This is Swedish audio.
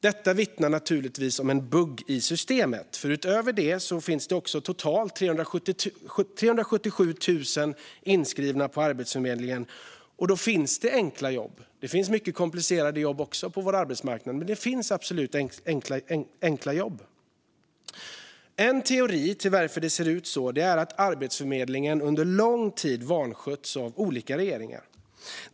Detta vittnar naturligtvis om en bugg i systemet. Utöver det finns det totalt 377 000 inskrivna på Arbetsförmedlingen, och det finns enkla jobb. Det finns också många komplicerade jobb på vår arbetsmarknad, men det finns absolut enkla jobb. En teori om varför det ser ut så är att Arbetsförmedlingen under lång tid vanskötts av olika regeringar.